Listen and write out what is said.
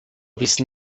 wissen